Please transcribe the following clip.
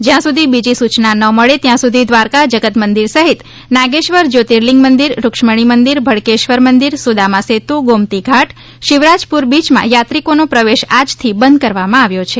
જ્યાં સુધી બીજી સૂચના ન મળે ત્યાં સુધી દ્વારકા જગત મંદિર સહિત નાગેશ્વર જ્યોતિ લિંગ મંદિર રૂક્ષ્મણી મંદિર ભળકેશ્વર મંદિર સુદામા સેતુ ગોમતી ઘાટ શિવરાજ પૂર બીયમાં યાત્રિકોનો પ્રવેશ આજથી બંધ કરવામાં આવ્યો છે